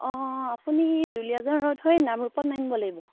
অঁ আপুনি দুুলিয়াজান ৰ'দ হৈ নামৰূপত নামিব লাগিব